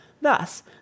Thus